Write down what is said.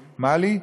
במאלי,